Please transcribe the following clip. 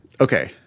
Okay